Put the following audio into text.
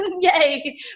yay